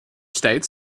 states